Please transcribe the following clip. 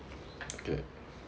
k